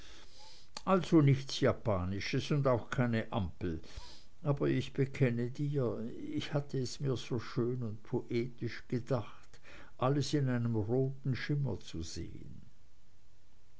also nichts japanisches und auch keine ampel aber ich bekenne dir ich hatte es mir so schön und poetisch gedacht alles in einem roten schimmer zu sehen